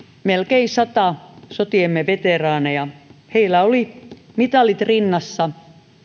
melkein sata sotiemme veteraania heillä oli mitalit rinnassa